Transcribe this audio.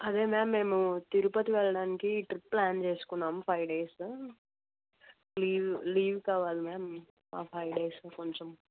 అదే మ్యామ్ మేము తిరుపతి వెళ్ళడానికి ట్రిప్ ప్లాన్ చేసుకున్నాము ఫైవ్ డేస్ లీవ్ లీవ్ కావాలి మ్యామ్ ఆ ఫైవ్ డేస్ కొంచెం